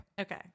Okay